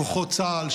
כוחות צה"ל,